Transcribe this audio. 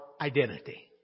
identity